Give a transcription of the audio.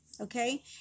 okay